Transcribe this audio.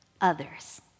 others